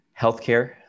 healthcare